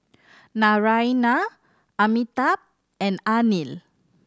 Naraina Amitabh and Anil